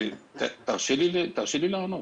תרשה לי לענות.